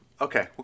Okay